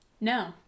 No